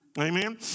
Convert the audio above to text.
Amen